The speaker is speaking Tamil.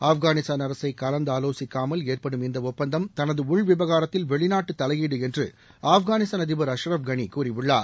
அப்கானிஸ்தான் அரசை கலந்தாலோசிக்காமல் ஏற்படும் இந்த ஒப்பந்தம் தனது உள்விவகாரத்தில் வெளிநாட்டு தலையீடு என்று ஆப்கானிஸ்தான் அதிபர் அஷ்ரப் கனி கூறியுள்ளார்